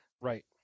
Right